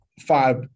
five